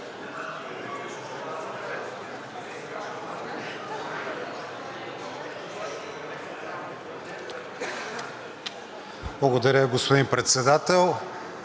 Благодаря. Господин Председател,